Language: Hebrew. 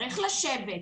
צריך לשבת.